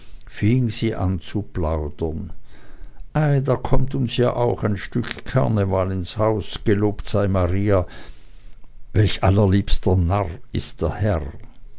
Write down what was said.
sie an zu plaudern ei da kommt uns ja auch ein stück karneval ins haus gelobt sei maria welch allerliebster narr ist der herr